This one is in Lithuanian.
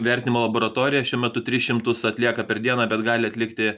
vertinimo laboratorija šiuo metu tris šimtus atlieka per dieną bet gali atlikti